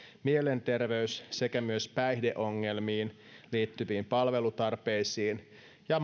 mielenterveys sekä myös päihdeongelmiin liittyviin palvelutarpeisiin ja